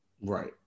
right